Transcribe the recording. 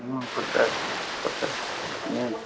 ପଚାଶ ପଚାଶ ନିଅନ୍ତୁ